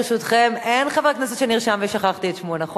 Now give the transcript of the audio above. ברשותכם, אין חבר כנסת שנרשם ושכחתי את שמו, נכון?